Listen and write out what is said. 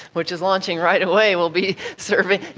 which is launching right away, will be serving,